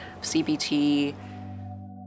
CBT